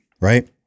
right